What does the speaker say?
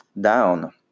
down